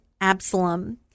Absalom